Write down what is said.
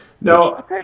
No